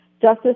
Justice